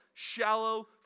shallow